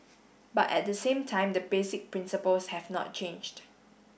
but at the same time the basic principles have not changed